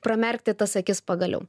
pramerkti tas akis pagaliau